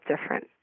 different